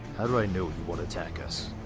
how do i know you won't attack us?